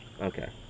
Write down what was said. Okay